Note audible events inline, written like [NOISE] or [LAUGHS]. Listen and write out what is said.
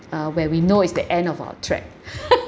uh when we know it's the end of our track [LAUGHS]